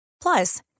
Plus